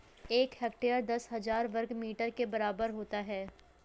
एक हेक्टेयर दस हजार वर्ग मीटर के बराबर होता है